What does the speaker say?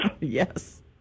Yes